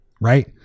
right